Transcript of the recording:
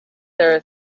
are